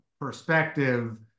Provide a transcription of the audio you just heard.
perspective